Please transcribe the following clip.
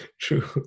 True